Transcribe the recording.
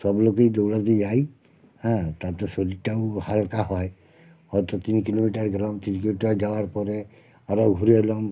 সব লোকই দৌড়াতে যাই হ্যাঁ তাতে শরীরটাও হালকা হয় হয়তো তিন কিলোমিটার গেলাম তিন কিলোমিটার যাওয়ার পরে আবার ঘুরে এলাম